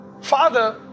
Father